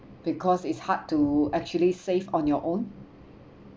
because it's hard to actually save on your own